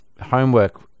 homework